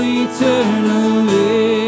eternally